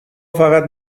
فقط